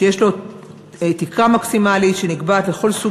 שיש לו תקרה מקסימלית שנקבעת לכל סוג